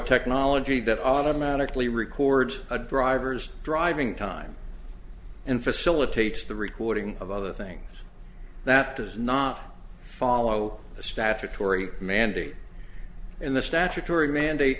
technology that automatically records a driver's driving time and facilitates the reporting of other thing that does not follow the statutory mandate in the statutory mandate